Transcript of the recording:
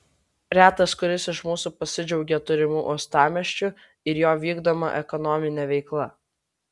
retas kuris iš mūsų pasidžiaugia turimu uostamiesčiu ir jo vykdoma ekonomine veikla